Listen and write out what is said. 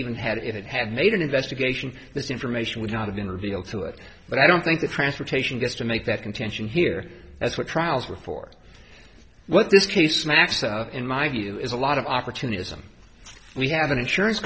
even had if it had made an investigation this information would not have been revealed through it but i don't think the transportation gets to make that contention here that's what trials were for what this case smacks of in my view is a lot of opportunism we have an insurance